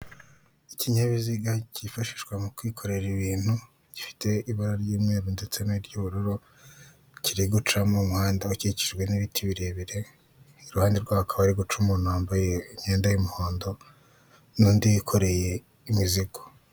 Ikinyabiziga cyifashishwa mu kwikorera ibintu gifite ibara ry'umweru ndetse n'iry'ubururu, kiri guca mu muhanda ukikijwe n'ibiti birebire, iruhande rw'aho hakaba hari guca umuntu wambaye imyenda y'umuhondo n'undi wikoreye imizigo.